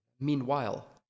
meanwhile